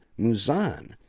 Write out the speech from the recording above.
Muzan